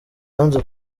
yanze